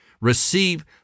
receive